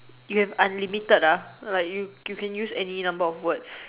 you have unlimited lah like you can use any number of words